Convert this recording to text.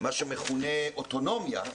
מה שמכונה אוטונומיה,